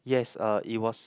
yes uh it was